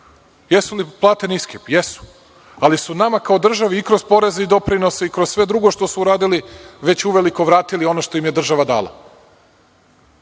li plate niske? Jesu. Ali su nama kao državi i kroz poreze i doprinose i kroz sve drugo što su uradili već uveliko vratili ono što im je država dala.